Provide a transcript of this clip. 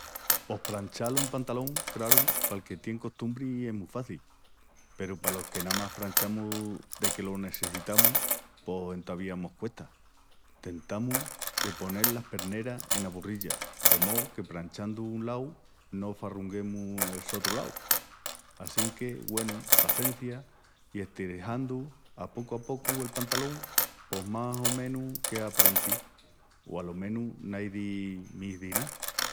Pos pranchal un pantalón, craru, pal que tien costumbri es mu faci peru palos que namás pranchamus deque lo nessecitamus pos entovía mos cuesta. Tentamus de ponel las perneras ena burrilla de mó que pranchandu un lau no farrunguemus el otru lau. Assinque, güenu, pacencia, i estirajandu a pocu a pocu el pantalón pos más o menus quea aparenti, o alo menus naidi m'izi ná.